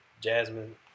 Jasmine